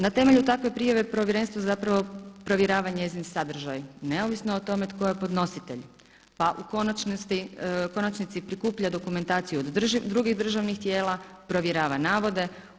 Na temelju takve prijave Povjerenstvo zapravo provjerava njezin sadržaj neovisno o tome tko je podnositelj, pa u konačnici prikuplja dokumentaciju od drugih državnih tijela, provjerava navode.